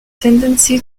tendency